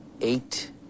eight